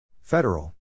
Federal